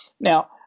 Now